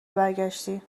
برگشتی